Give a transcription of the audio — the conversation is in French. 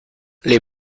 les